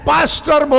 Pastor